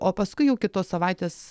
o paskui jau kitos savaitės